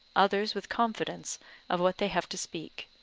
others with confidence of what they have to speak.